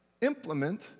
implement